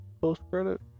post-credit